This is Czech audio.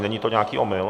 Není to nějaký omyl?